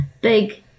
big